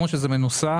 כמו שזה מנוסח,